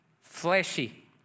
fleshy